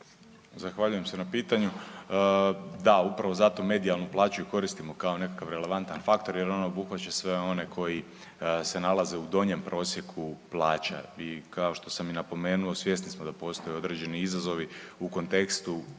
Zahvaljujem se na pitanju. Da, upravo zato medijalnu plaću i koristimo kao nekakav relevantan faktor jer on obuhvaća sve oni koji se nalaze u donjem prosjeku plaća. I kao što sam i napomenuo, svjesni smo da postoje određeni izazovi u kontekstu